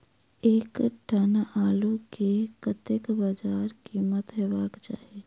एक टन आलु केँ कतेक बजार कीमत हेबाक चाहि?